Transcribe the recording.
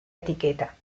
etiqueta